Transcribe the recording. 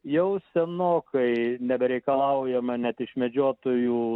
jau senokai nebereikalaujama net iš medžiotojų